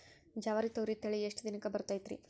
ಜವಾರಿ ತೊಗರಿ ತಳಿ ಎಷ್ಟ ದಿನಕ್ಕ ಬರತೈತ್ರಿ?